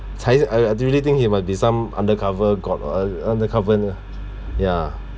cai I I really think he must be some undercover god oh uh undercover ya